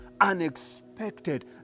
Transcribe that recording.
unexpected